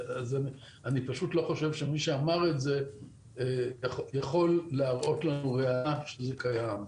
אני פשוט לא חושב שמי שאמר את זה יכול להראות ראיה שזה קיים.